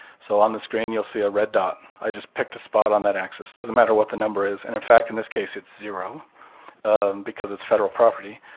so on the screen you'll see a red dot. i just picked spot on that axis. doesn't matter what the number is, and in fact in this case it's zero because it's federal property.